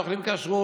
אוכלות כשר,